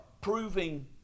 proving